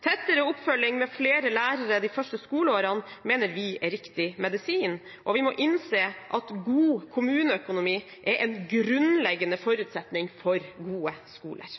Tettere oppfølging med flere lærere de første skoleårene mener vi er riktig medisin. Vi må innse at god kommuneøkonomi er en grunnleggende forutsetning for gode skoler.